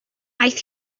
aeth